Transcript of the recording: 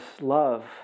love